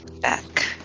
back